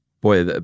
Boy